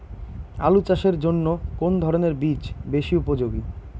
আলু চাষের জন্য কোন ধরণের বীজ বেশি উপযোগী?